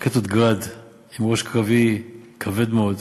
רקטות "גראד" עם ראש קרבי כבד מאוד.